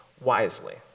wisely